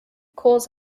cause